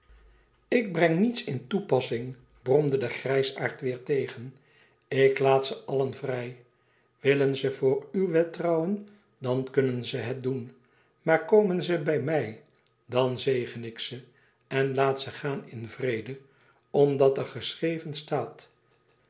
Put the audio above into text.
ik breng niets in toepassing bromde de grijsaard weêr tegen ik laat ze allen vrij willen ze voor uw wet trouwen dan kunnen ze het doen maar komen ze bij mij dan zegen ik ze en laat ze gaan in vrede omdat er geschreven staat